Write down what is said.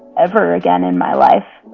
ever again in my life.